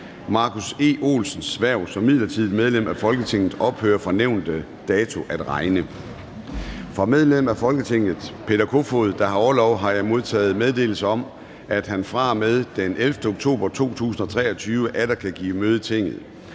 Markus E. Olsens (SIU) hverv som midlertidigt medlem af Folketinget ophører fra nævnte dato at regne. Fra medlem af Folketinget Peter Kofod (DF), der har orlov, har jeg modtaget meddelelse om, at han fra og med den 11. oktober 2023 atter kan give møde i Tinget.